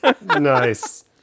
Nice